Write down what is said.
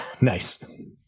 Nice